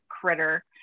critter